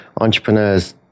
entrepreneurs